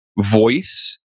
voice